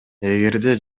эгерде